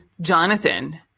Jonathan